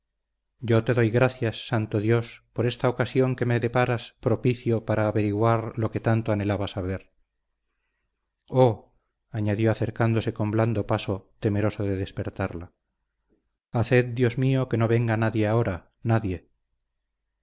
yo te doy gracias santo dios por esta ocasión que me deparas propicio para averiguar lo que tanto anhelaba saber oh añadió acercándose con blando paso temeroso de despertarla haced dios mío que no venga nadie ahora nadie